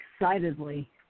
excitedly